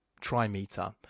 trimeter